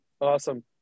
awesome